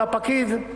לפקיד: